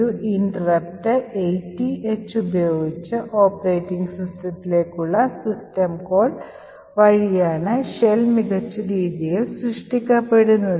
ഒരു interrupt 80H ഉപയോഗിച്ച് operating സിസ്റ്റത്തിലേക്കുള്ള സിസ്റ്റം കോൾ വഴിയാണ് ഷെൽ മികച്ച രീതിയിൽ സൃഷ്ടിക്കപ്പെടുന്നത്